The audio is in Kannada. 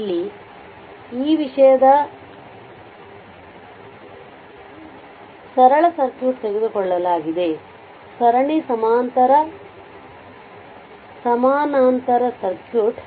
ಇಲ್ಲಿ ಈ ವಿಷಯದ ಸರಳ ಸರ್ಕ್ಯೂಟ್ ತೆಗೆದುಕೊಳ್ಳಲಾಗಿದೆ ಸರಣಿ ಸಮಾನಾಂತರ ಸರ್ಕ್ಯೂಟ್